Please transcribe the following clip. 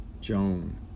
Joan